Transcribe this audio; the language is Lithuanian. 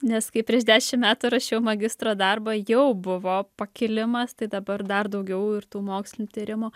nes kai prieš dešim metų rašiau magistro darbą jau buvo pakilimas tai dabar dar daugiau ir tų mokslinių tyrimų